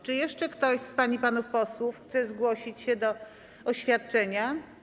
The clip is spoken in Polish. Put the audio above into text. Czy jeszcze ktoś z pań i panów posłów chce zgłosić się do oświadczenia?